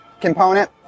component